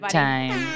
time